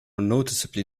noticeably